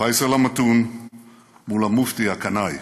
פייסל המתון מול המופתי הקנאי.